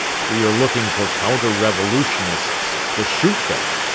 we are looking for counter-revolutionists to shoot them?